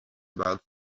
about